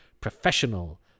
professional